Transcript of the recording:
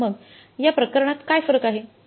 मग या प्रकारात काय फरक आहे